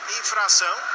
infração